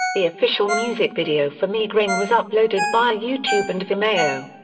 the official music video for migraine was uploaded via youtube and vimeo.